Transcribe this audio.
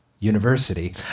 university